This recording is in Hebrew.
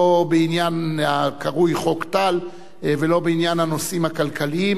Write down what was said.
לא בעניין הקרוי חוק טל ולא בעניין הנושאים הכלכליים,